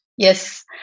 Yes